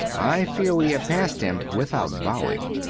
i fear we have passed him without bowing.